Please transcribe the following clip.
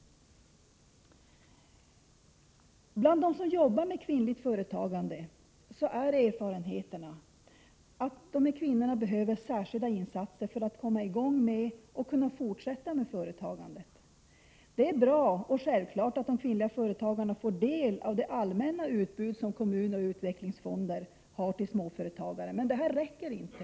Bland dem som arbetar med kvinnligt småföretagande är erfarenheterna att dessa kvinnor behöver särskilda insatser för att komma i gång med och orka fortsätta med sitt företagande. Det är bra och självklart att de kvinnliga småföretagarna får del av det allmänna utbud till småföretagare som kommuner och utvecklingsfonder har, men det räcker inte.